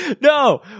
No